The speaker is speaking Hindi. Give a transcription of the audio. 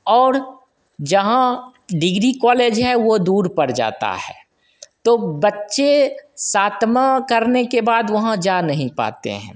और जहाँ डिग्री कॉलेज है वो दूर पड़ जाता है तो बच्चे सातवाँ करने के बाद वहाँ जा नहीं पाते हैं